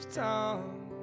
tongue